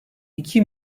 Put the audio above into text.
iki